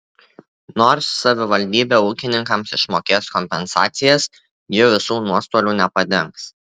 nors savivaldybė ūkininkams išmokės kompensacijas ji visų nuostolių nepadengs